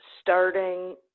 starting –